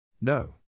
No